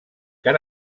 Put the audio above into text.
que